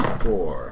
four